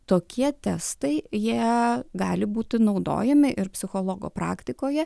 tokie testai jie gali būti naudojami ir psichologo praktikoje